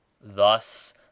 thus